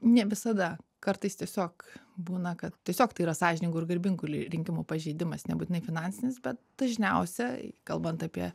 ne visada kartais tiesiog būna kad tiesiog tai yra sąžiningų ir garbingų rinkimų pažeidimas nebūtinai finansinis bet dažniausiai kalbant apie